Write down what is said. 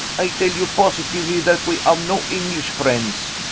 i tell you positively that we have no english friends.